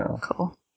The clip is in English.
Cool